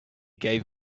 gave